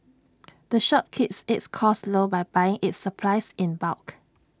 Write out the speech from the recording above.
the shop keeps its costs low by buying its supplies in bulk